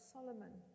Solomon